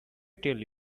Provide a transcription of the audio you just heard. tell